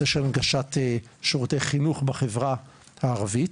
של הנגשת שירותי חינוך בחברה הערבית,